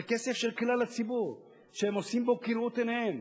זה כסף של כלל הציבור, שהם עושים בו כראות עיניהם.